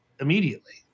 immediately